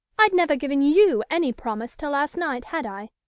i'd never given you any promise till last night, had i?